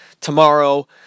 tomorrow